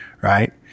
right